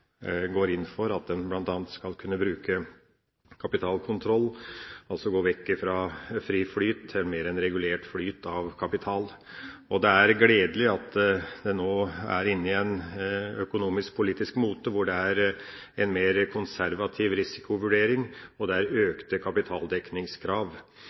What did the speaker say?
går inn for at en bl.a. skal kunne bruke kapitalkontroll, altså vekk fra fri flyt til en mer regulert flyt av kapital. Det er gledelig at en nå er inne i en økonomisk politisk mote hvor det er en mer konservativ risikovurdering og økte kapitaldekningskrav. Det er